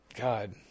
God